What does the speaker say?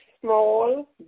small